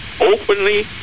openly